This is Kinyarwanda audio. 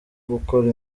gukora